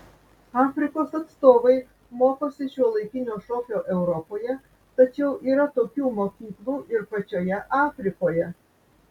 afrikos atstovai mokosi šiuolaikinio šokio europoje tačiau yra tokių mokyklų ir pačioje afrikoje